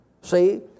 See